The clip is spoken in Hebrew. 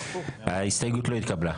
ההסתייגות לא התקבלה.